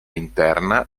interna